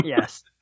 Yes